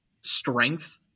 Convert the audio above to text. strength